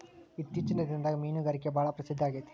ಇತ್ತೇಚಿನ ದಿನದಾಗ ಮೇನುಗಾರಿಕೆ ಭಾಳ ಪ್ರಸಿದ್ದ ಆಗೇತಿ